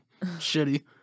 shitty